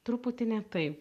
truputį ne taip